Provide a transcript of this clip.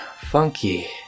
funky